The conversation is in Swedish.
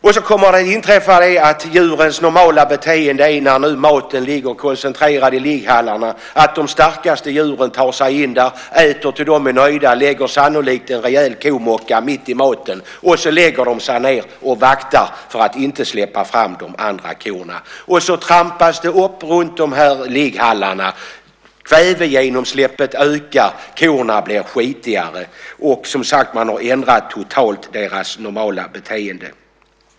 Följande kommer att inträffa: Djurens normala beteende när nu maten ligger koncentrerad i ligghallarna leder till att de starkaste djuren tar sig in där och äter till dess att de är nöjda. Sannolikt lägger de en rejäl komocka mitt i maten, och sedan lägger de sig ned och vaktar för att inte släppa fram de andra korna. Det trampas upp runt ligghallarna. Kvävegenomsläppet ökar och korna blir skitigare. Man har som sagt ändrat deras normala beteende totalt.